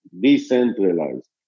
decentralized